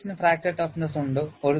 initiation fracture toughness ഉണ്ട്